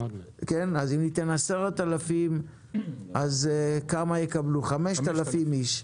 ואם ניתן 10,000, אז 5,000 איש יקבלו.